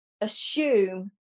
assume